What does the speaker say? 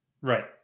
Right